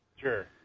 Sure